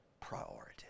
priority